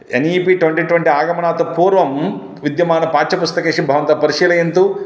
N E P twenty twenty आगमनात् पूर्वं विद्यमानं पाठ्यपुस्तकेषु भवन्तः परिशीलयन्तु